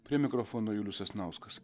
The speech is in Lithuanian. prie mikrofono julius sasnauskas